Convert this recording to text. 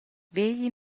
vegli